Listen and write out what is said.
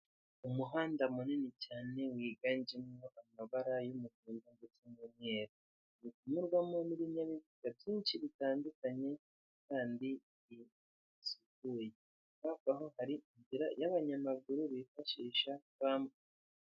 Umuhanda munini cyane wiganjemo amabara y'umuhondo ndetse n'umweru uri kunyurwamo n'ibinyabiziga byinshi bitandukanye kandi bisukuye hari inzira y'abanyamaguru bifashisha bambuka.